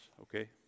okay